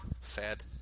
sad